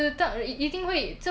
这个 country 怎么